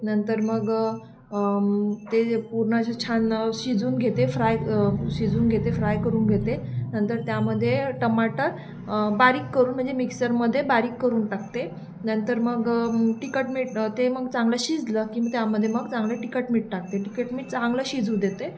नंतर मग ते पूर्ण असे छान शिजवून घेते फ्राय शिजवून घेते फ्राय करून घेते नंतर त्यामध्ये टमाटर बारीक करून म्हणजे मिक्सरमध्ये बारीक करून टाकते नंतर मग तिखट मीठ ते मग चांगलं शिजलं की त्यामध्ये मग चांगलं तिखट मीठ टाकते तिखट मीठ चांगलं शिजू देते